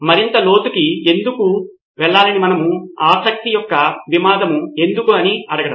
మరింత లోతుగా ఎందుకు కావాలని మరియు ఆసక్తి యొక్క వివాదం ఎందుకు అని అడగడం